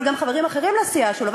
אבל גם חברים אחרים מהסיעה שלו.